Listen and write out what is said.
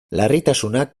larritasunak